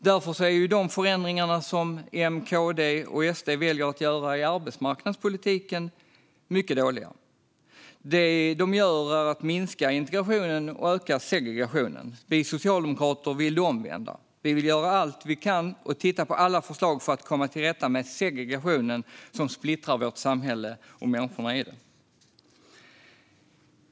Därför är de förändringar som M, KD och SD väljer att göra i arbetsmarknadspolitiken mycket dåliga. Vad de gör är att minska integrationen och öka segregationen. Vi socialdemokrater vill det omvända. Vi vill göra allt vi kan och titta på alla förslag för att komma till rätta med segregationen som splittrar vårt samhälle och människorna i det.